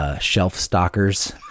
shelf-stalkers